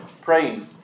praying